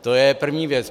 To je první věc.